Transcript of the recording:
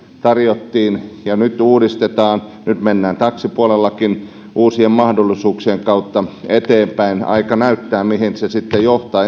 tarjottiin ja nyt uudistetaan nyt mennään taksipuolellakin uusien mahdollisuuksien kautta eteenpäin aika näyttää mihin se sitten johtaa